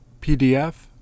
PDF